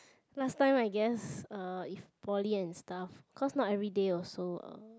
last time I guess uh if poly and stuff cause not everyday also uh